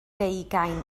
deugain